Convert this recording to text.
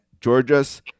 Georgia's